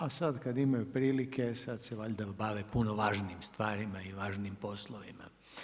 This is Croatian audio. A sad kad imaju prilike, sad se valjda bave puno važnijim stvarima i važnijim poslovima.